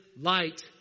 light